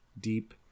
deep